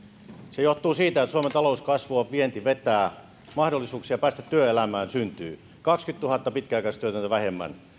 se johtuu siitä että suomen talous kasvaa vienti vetää mahdollisuuksia päästä työelämään syntyy kaksikymmentätuhatta pitkäaikaistyötöntä vähemmän